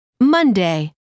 Monday